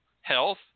health